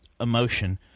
emotion